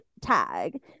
tag